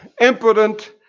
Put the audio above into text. impotent